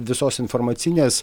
visos informacinės